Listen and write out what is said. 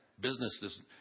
Businesses